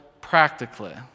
practically